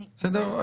בסדר?